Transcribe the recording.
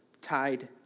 tied